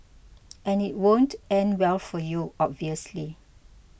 and it won't end well for you obviously